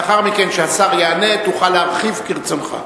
לאחר מכן, כשהשר יענה, תוכל להרחיב כרצונך.